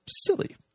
silly